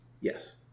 Yes